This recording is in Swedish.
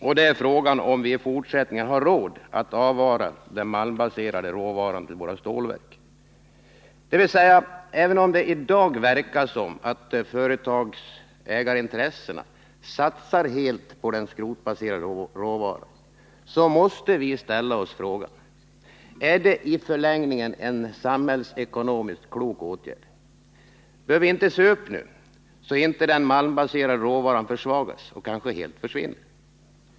Det gäller frågan om vi i fortsättningen har råd att avvara den malmbaserade råvaran till våra stålverk. Dvs. även om det i dag verkar som om företagsägarintressena satsar helt på den skrotbaserade råvaran så måste vi ställa oss frågan: Är det i förlängningen en samhällsekonomiskt klok åtgärd? Bör vi inte se upp nu, så att inte den malmbaserade råvaran försvagas och kanske helt försvinner?